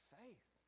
faith